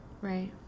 Right